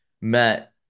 met